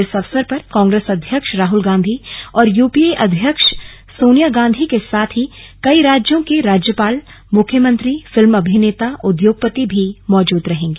इस अवसर पर कांग्रेस अध्यक्ष राहल गांधी और यूपीए अध्यक्ष सोनिया गांधी के साथ ही कई राज्यों के राज्यपाल मुख्यमंत्री फिल्म अभिनेता उद्योगपति भी मौजूद रहेंगे